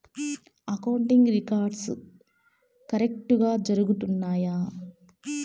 accounting records కరెక్టుగా జరుగుతున్నాయా